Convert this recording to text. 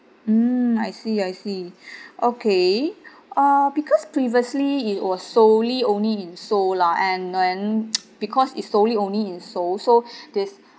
mm I see I see okay ah because previously it was solely only in seoul lah and then because it's solely only in seoul so this